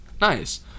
Nice